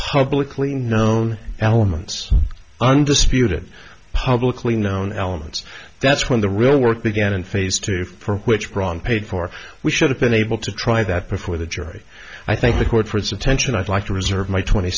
publicly known elements undisputed publicly known elements that's when the real work began in phase two for which braun paid for we should have been able to try that before the jury i think the court for its attention i'd like to reserve my twenty